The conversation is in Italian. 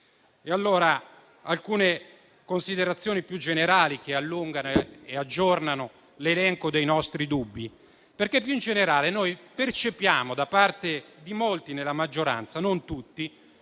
fare alcune considerazioni più generali che allungano e aggiornano l'elenco dei nostri dubbi. Più in generale noi percepiamo da parte di molti nella maggioranza (non tutti)